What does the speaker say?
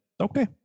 Okay